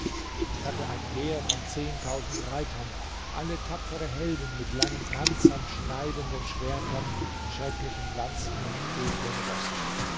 ich hatte ein heer von zehntausend reitern alle tapfere helden mit langen panzern schneidenden schwertern schrecklichen lanzen und edlen rossen